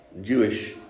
Jewish